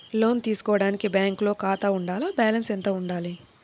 లోను తీసుకోవడానికి బ్యాంకులో ఖాతా ఉండాల? బాలన్స్ ఎంత వుండాలి?